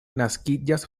naskiĝas